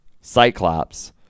Cyclops